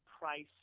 price